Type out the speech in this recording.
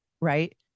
right